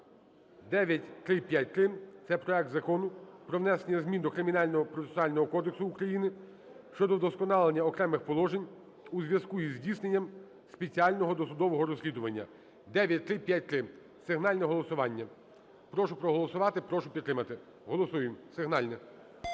9353, це проект Закону про внесення змін до Кримінального процесуального кодексу України щодо вдосконалення окремих положень у зв'язку із здійсненням спеціального досудового розслідування (9353). Сигнальне голосування. Прошу проголосувати, прошу підтримати. Голосуємо. Сигнальне.